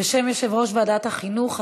בשם יושב-ראש ועדת החינוך,